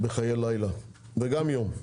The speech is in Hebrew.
- בחיי הלילה, וגם בחיי היום.